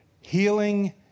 Healing